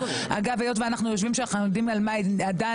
אגב זה שאנחנו יושבים ויודעים על מה היא דנה.